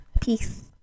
Peace